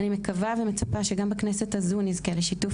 אני מקווה ומצפה שגם בכנסת הזו נזכה לשיתוף